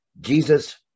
jesus